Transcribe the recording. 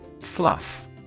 Fluff